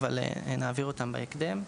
אבל נעביר אותם בהקדם.